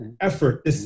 effort